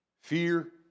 Fear